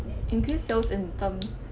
increased sales in terms